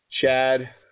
Chad